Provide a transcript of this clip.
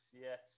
yes